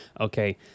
Okay